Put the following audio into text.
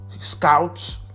Scouts